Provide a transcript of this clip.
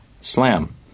Slam